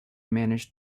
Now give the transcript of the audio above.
managed